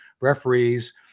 referees